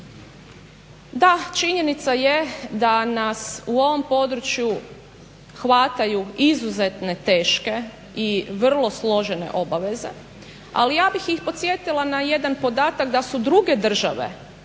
Da, činjenica je da nas u ovom području hvataju izuzetne teške i vrlo složene obaveze, ali ja bih ih podsjetila na jedan podatak da su druge države